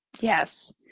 Yes